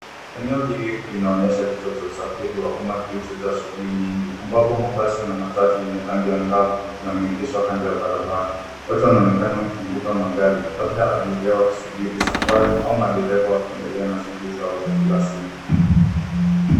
Eneo hili linaonyesha kituo cha usafiri wa umma kilichojaa shughuli nyingi ambapo mabasi na matatu yenye rangi ya angavu yameegeshwa kando ya barabara. Watu wanaonekana wazinguka magari labda abiria wakisubiri safari au madereva wakiendelea na shughuli zao za kila siku.